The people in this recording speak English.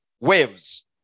waves